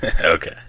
okay